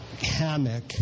hammock